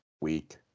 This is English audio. week